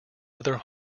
other